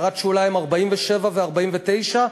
הערות שוליים 47 ו-49,